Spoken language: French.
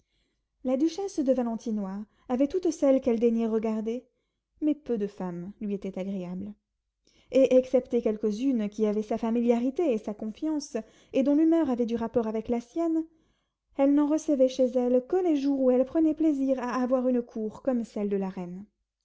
la duchesse de valentinois avait toutes celles qu'elle daignait regarder mais peu de femmes lui étaient agréables et excepté quelques-unes qui avaient sa familiarité et sa confiance et dont l'humeur avait du rapport avec la sienne elle n'en recevait chez elle que les jours où elle prenait plaisir à avoir une cour comme celle de la reine